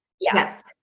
Yes